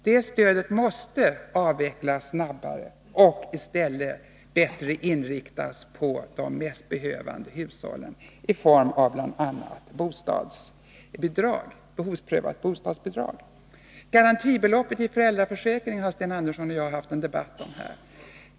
Det stödet måste avvecklas snabbare och stödet i stället bättre inriktas på de mest behövande hushållen i form av bl.a. behovsprövat bostadsbidrag. Garantibeloppet i föräldraförsäkringen har Sten Andersson och jag haft en debatt om tidigare.